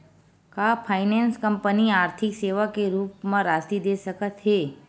का finance company आर्थिक सेवा के रूप म राशि दे सकत हे?